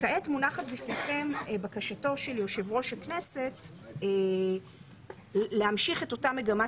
וכעת מונחת בפניכם בקשתו של יושב ראש הכנסת להמשיך את אותה מגמת